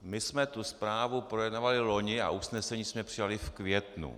My jsme tu zprávu projednávali loni a usnesení jsme přijali v květnu 2014.